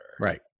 Right